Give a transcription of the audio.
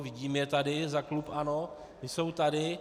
Vidím je tady za klub ANO, jsou tady.